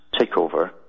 takeover